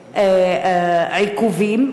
ועיכובים.